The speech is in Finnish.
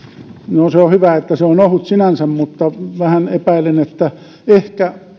no se on hyvä sinänsä että se on ohut mutta vähän epäilen että ehkä